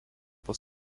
pas